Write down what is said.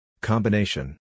Combination